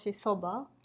soba